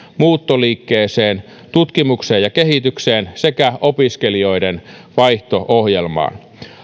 muuttoliikkeeseen tutkimukseen ja kehitykseen sekä opiskelijoiden vaihto ohjelmaan